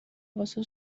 واسه